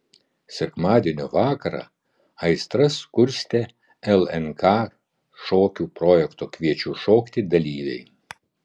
sekmadienio vakarą aistras kurstė lnk šokių projekto kviečiu šokti dalyviai